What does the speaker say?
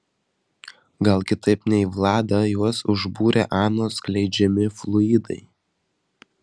gal kitaip nei vladą juos užbūrė anos skleidžiami fluidai